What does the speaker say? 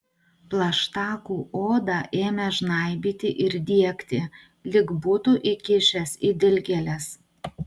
plaštakų odą ėmė žnaibyti ir diegti lyg būtų įkišęs į dilgėles